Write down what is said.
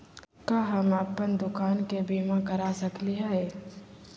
का हम अप्पन दुकान के बीमा करा सकली हई?